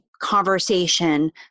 conversation